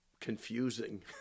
confusing